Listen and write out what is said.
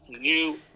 new